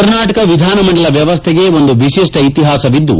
ಕರ್ನಾಟಕ ವಿಧಾನಮಂಡಲ ವ್ಯವಸ್ಥೆಗೆ ಒಂದು ವಿಶಿಷ್ಠ ಇತಿಹಾಸವಿದ್ದು